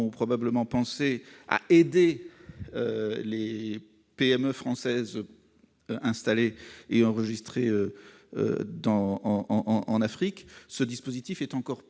probablement dans l'idée d'aider les PME françaises installées et enregistrées en Afrique, ce dispositif est encore